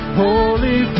holy